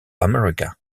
america